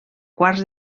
quarts